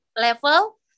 level